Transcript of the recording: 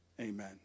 Amen